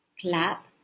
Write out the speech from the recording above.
clap